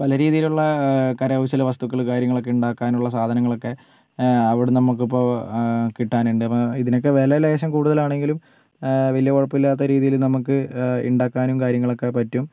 പല രീതിയിലുള്ള കരകൗശല വസ്തുക്കൾ കാര്യങ്ങളക്കെ ഉണ്ടാക്കാനുള്ള സാധനങ്ങളൊക്കെ അവിടെ നമുക്ക് ഇപ്പോൾ കിട്ടാനിണ്ട് അപ്പോൾ ഇതിനക്കെ വില ലേശം കൂടുതലാണെങ്കിലും വലിയ കുഴപ്പമിലാത്ത രീതിയിൽ നമുക്ക് ഉണ്ടാക്കാനും കാര്യങ്ങളൊക്കെ പറ്റും